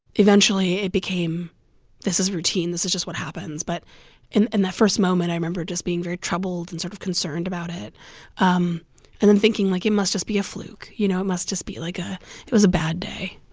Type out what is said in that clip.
eventually, it became this is routine, this is just what happens. but in and that first moment, i remember just being very troubled and sort of concerned about it um and then thinking, like, it must just be a fluke, you know? it must just be like a it was a bad day